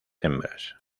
hembras